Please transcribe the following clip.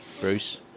Bruce